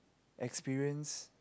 experience